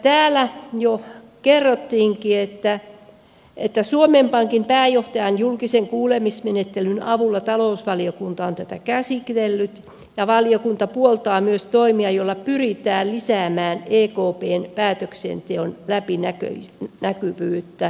täällä jo kerrottiinkin että suomen pankin pääjohtajan julkisen kuulemismenettelyn avulla talousvaliokunta on tätä käsitellyt ja valiokunta puoltaa myös toimia joilla pyritään lisäämään ekpn päätöksenteon läpinäkyvyyttä